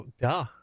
Duh